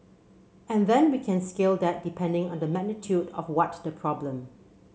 and then we can scale that depending on the magnitude of what the problem